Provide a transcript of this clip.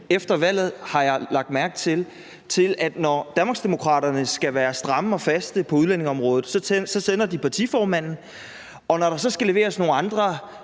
efter valget, har jeg lagt mærke til, til, at når Danmarksdemokraterne skal være stramme og faste på udlændingeområdet, sender de partiformanden, og når der så skal leveres nogle andre